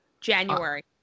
January